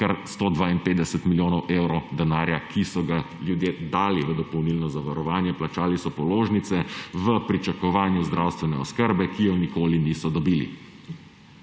kar 152 milijonov evrov denarja, ki so ga ljudje dali v dopolnilno zavarovanje, plačali so položnice v pričakovanju zdravstvene oskrbe, ki je nikoli niso dobili.